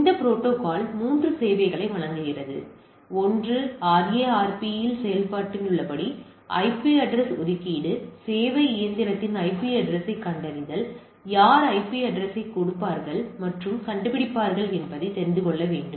இந்த புரோட்டோகால் மூன்று சேவைகளை வழங்குகிறது ஒன்று RARP இல் செய்யப்பட்டுள்ளபடி ஐபி அட்ரஸ் ஒதுக்கீடு சேவை இயந்திரத்தின் ஐபி அட்ரஸ்யைக் கண்டறிதல் யார் ஐபி அட்ரஸ்யைக் கொடுப்பார்கள் மற்றும் கண்டுபிடிப்பார்கள் என்பதை அறிந்து கொள்ள வேண்டும்